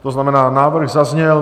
To znamená, návrh zazněl.